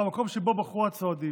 במקום שבו בחרו הצועדים,